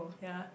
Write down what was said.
yea